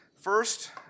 First